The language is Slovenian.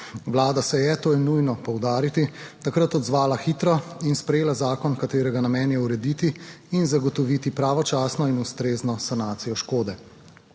Vlada se je, to je nujno poudariti, takrat odzvala hitro in sprejela zakon, katerega namen je urediti in zagotoviti pravočasno in ustrezno sanacijo škode.